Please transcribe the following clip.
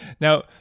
Now